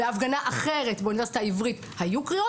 בהפגנה אחרת באוניברסיטה העברית היו קריאות